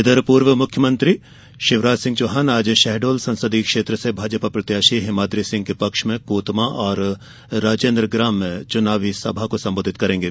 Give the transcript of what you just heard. इधर पूर्व मुख्यमंत्री शिवराज सिंह चौहान आज शहडोल संसदीय क्षेत्र से भाजपा प्रत्याशी हिमाद्री सिंह के पक्ष में कोतमा और राजेन्द्रग्राम मे च्नावी सभा को संबोधित करेंगे